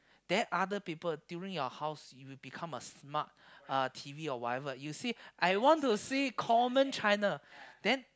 then other people during your house you become a smart uh t_v or whatever you see I want to see common China then